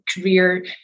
career